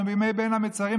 אנחנו בימי בין המצרים,